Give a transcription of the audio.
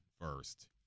first